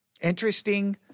Interesting